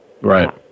Right